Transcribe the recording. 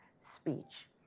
speech